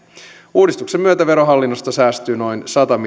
uudistuksen myötä verohallinnosta säästyy noin sadan